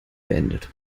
beendet